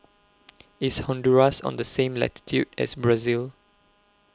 IS Honduras on The same latitude as Brazil